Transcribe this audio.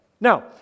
Now